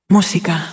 Música